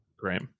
Great